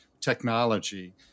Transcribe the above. technology